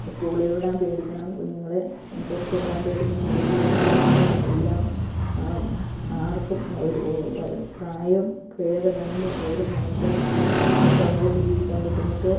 സ്കൂളില് വിടാൻ പേടിക്കണം കുഞ്ഞുങ്ങളെ പുറത്തുവിടാൻ പേടിക്കണം വീട്ടിലിരുത്താൻ പറ്റില്ല എല്ലാം ആർക്കുമൊരു പ്രായഭേദമന്യേ ഒരു മനുഷ്യർക്കും സമൂഹത്തില് ജീവിക്കാൻ ബുദ്ധിമുട്ട്